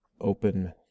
open